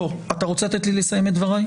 אתה רוצה לתת לי לסיים את דבריי?